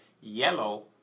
yellow